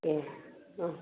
ए औ